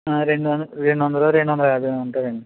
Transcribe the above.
రెండు వందలు రెండు వందలు రెండు వందల యాభైయో ఉంటుందండి